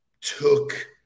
took